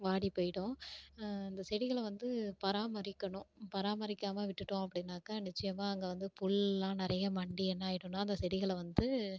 வாடி போய்விடும் அந்த செடிகளை வந்து பராமரிக்கணும் பராமரிக்காமல் விட்டுவிட்டோம் அப்படின்னாக்கா நிச்சியமாக அங்கே வந்து புல்லாம் நிறைய மண்டி என்னாயிடுனா அந்த செடிகளை வந்து